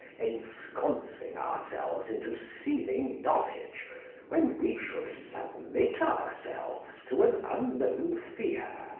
ensconcing ourselves into seeming knowledge when we should submit ourselves to an unknown fear.